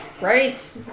Right